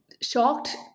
shocked